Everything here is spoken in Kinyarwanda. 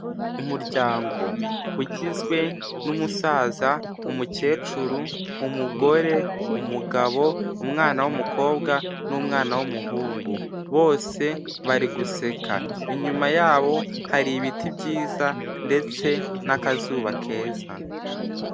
Umuryango ugizwe n'umusaza, umukecuru, umugore, umugabo, umwana w'umukobwa n'umwana w'umuhungu, bose bari guseka, inyuma yabo hari ibiti byiza ndetse n'akazuba keza.